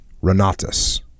Renatus